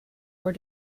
were